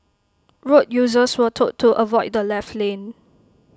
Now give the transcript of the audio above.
road users were told to avoid the left lane